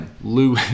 Lou